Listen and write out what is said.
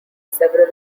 several